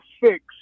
fix